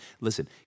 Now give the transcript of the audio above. Listen